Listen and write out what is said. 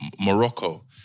Morocco